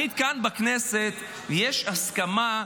-- כאן בכנסת תמיד יש הסכמה.